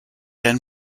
and